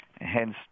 hence